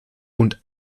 und